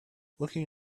looking